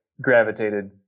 gravitated